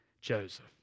Joseph